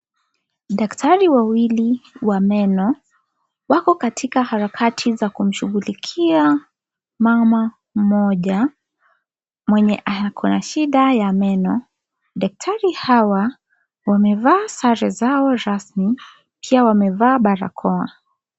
Daktari wawili wa meno, wako katika harakati za kumshughulikia mama mmoja, mwenye ako na shida ya meno. Daktari hawa, wamevaa sare zao rasmi, pia wamevaa barakoa.